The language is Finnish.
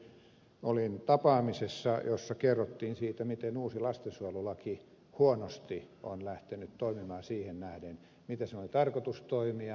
tänään juuri olin tapaamisessa jossa kerrottiin siitä miten uusi lastensuojelulaki on huonosti lähtenyt toimimaan siihen nähden miten sen oli tarkoitus toimia